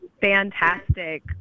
fantastic